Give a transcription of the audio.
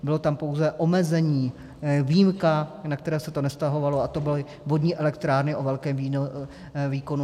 Bylo tam pouze omezení, výjimka, na které se to nevztahovalo, a to byly vodní elektrárny o velké výkonu.